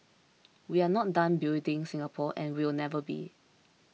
we are not done building Singapore and we will never be